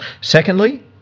Secondly